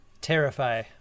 terrify